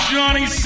Johnny